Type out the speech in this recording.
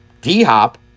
D-Hop